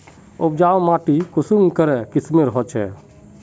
उपजाऊ माटी कुंसम करे किस्मेर होचए?